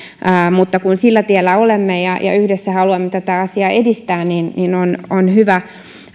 mutta kun sillä tiellä olemme ja ja yhdessä haluamme tätä asiaa edistää niin niin on on hyvä